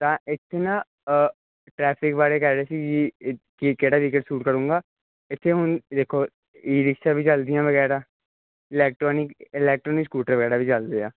ਤਾਂ ਇੱਕ ਨਾ ਟਰੈਫਿਕ ਬਾਰੇ ਕਹਿ ਰਹੇ ਸੀ ਕੀ ਕਿਹੜਾ ਵੀਹਕਲ ਸੂਟ ਕਰੂਗਾ ਇੱਥੇ ਹੁਣ ਦੇਖੋ ਈ ਰਿਕਸ਼ਾ ਵੀ ਚੱਲਦੀਆਂ ਵਗੈਰਾ ਇਲੈਕਟਰੋਨਿਕ ਇਲੈਕਟਰੋਨਿਕ ਸਕੂਟਰ ਵਗੈਰਾ ਵੀ ਚੱਲਦੇ ਆ